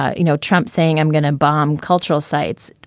you know, trump saying i'm going to bomb cultural sites.